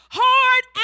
hard